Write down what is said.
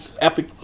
epic